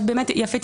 יפית,